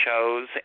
shows